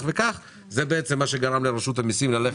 זה בעצם מה שגרם לרשות המיסים ללכת לצעד הזה.